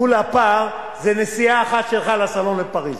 מול הפער זה נסיעה אחת שלך לסלון לפריס.